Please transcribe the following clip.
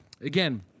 Again